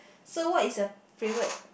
so what is your favourite